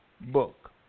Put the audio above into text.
book